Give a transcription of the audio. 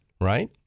right